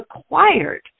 acquired